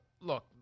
look